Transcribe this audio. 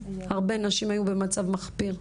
הרבה נשים היו במצב מחפיר.